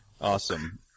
Awesome